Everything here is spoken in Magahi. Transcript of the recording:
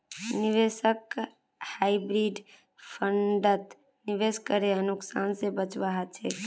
निवेशक हाइब्रिड फण्डत निवेश करे नुकसान से बचवा चाहछे